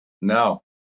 No